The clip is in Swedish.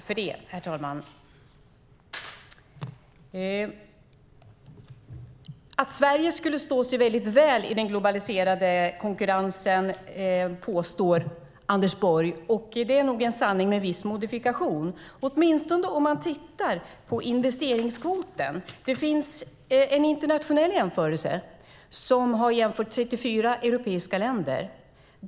Herr talman! Att Sverige skulle stå sig väldigt väl i den globaliserade konkurrensen påstår Anders Borg. Det är nog en sanning med en viss modifikation, åtminstone om man tittar på investeringskvoten. Det finns en internationell jämförelse mellan 34 europeiska länder.